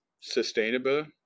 sustainable